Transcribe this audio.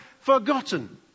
forgotten